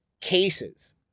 cases